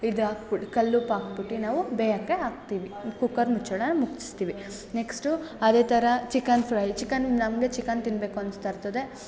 ಇದು ಹಾಕ್ಬುಡ್ ಕಲ್ಲುಪ್ಪು ಹಾಕ್ಬುಟಿ ನಾವು ಬೇಯಕ್ಕೆ ಹಾಕ್ತೀವಿ ಕುಕ್ಕರ್ ಮುಚ್ಚಳ ಮುಚ್ಚಿಸ್ತೀವಿ ನೆಕ್ಸ್ಟು ಅದೇ ಥರ ಚಿಕನ್ ಫ್ರೈ ಚಿಕನ್ ನಮಗೆ ಚಿಕನ್ ತಿನ್ನಬೇಕು ಅನ್ನಿಸ್ತಾ ಇರ್ತದೆ